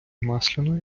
масляної